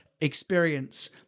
experience